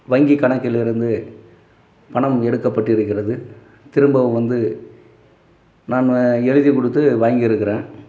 வங்கி கணக்கில் இருந்து பணம் எடுக்கப்பட்டிருக்கிறது திரும்பவும் வந்து நான் எழுதி கொடுத்து வாங்கியிருக்குறேன்